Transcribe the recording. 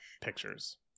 pictures